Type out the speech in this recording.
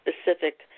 specific